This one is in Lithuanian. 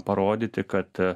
parodyti kad